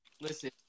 listen